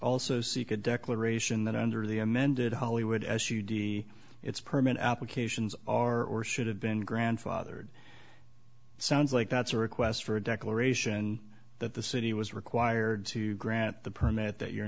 also seek a declaration that under the amended hollywood as you d its permit applications are or should have been grandfathered sounds like that's a request for a declaration that the city was required to grant the permit that you're